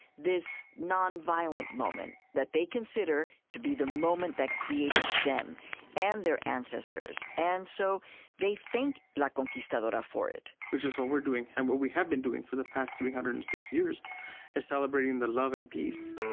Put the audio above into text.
this nonviolent moment that they consider to be the moment that created them and their ancestors. and so they thank la conquistadora for it which is what we're doing, and what we have been doing for the past three hundred and six is celebrating the love and peace